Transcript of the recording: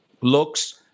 looks